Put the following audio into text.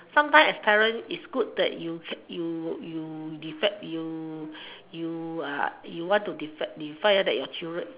sometime as parents is good that you you you defend you you you want to defend defend your children